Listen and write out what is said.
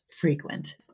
frequent